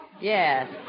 Yes